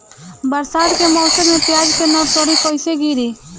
बरसात के मौसम में प्याज के नर्सरी कैसे गिरी?